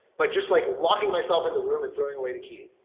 but just like locking myself in the room and throwing away the key.